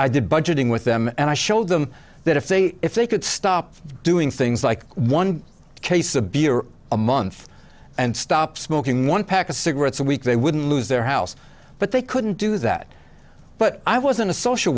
i did budgeting with them and i showed them that if they if they could stop doing things like one case a beer or a month and stop smoking one pack of cigarettes a week they wouldn't lose their house but they couldn't do that but i wasn't a social